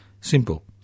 simple